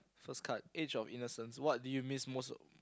first cut age of innocence what did you miss most